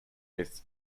myths